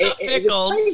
pickles